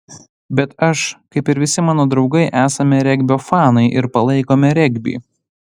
bet aš kaip ir visi mano draugai esame regbio fanai ir palaikome regbį